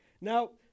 Now